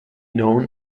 known